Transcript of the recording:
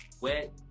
wet